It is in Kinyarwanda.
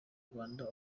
rwanda